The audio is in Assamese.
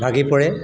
ভাগি পৰে